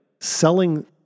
selling